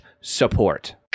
support